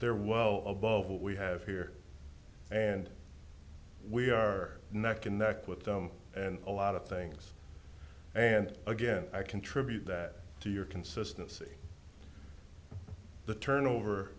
they're well above what we have here and we are neck and neck with them and a lot of things and again i contribute that to your consistency the turnover